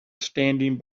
standing